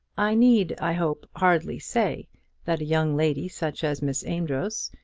i need, i hope, hardly say that a young lady such as miss amedroz,